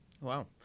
Wow